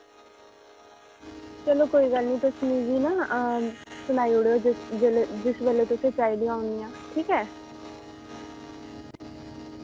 चलो कोई गल्ल निं तुस मिगी ना सनाई ओड़ेओ जिस जेल्लै जिस बेल्लै तुसें चाहिदियां होगियां ठीक ऐ